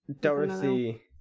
Dorothy